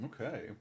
Okay